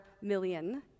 million